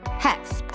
hex.